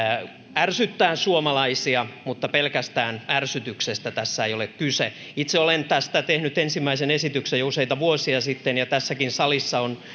ärsyttää suomalaisia mutta pelkästään ärsytyksestä tässä ei ole kyse itse olen tästä tehnyt ensimmäisen esityksen jo useita vuosia sitten ja tässäkin salissa on